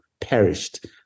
perished